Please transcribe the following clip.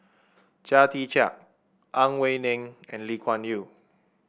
Chia Tee Chiak Ang Wei Neng and Lee Kuan Yew